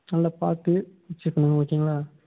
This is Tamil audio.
நல்லா பார்த்து எக்ஸ்ஸசைஸ் பண்ணுங்கள் ஓகேங்களா